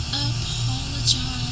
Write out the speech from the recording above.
apologize